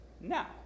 now